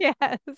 Yes